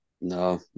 No